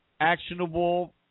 actionable